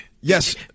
Yes